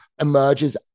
emerges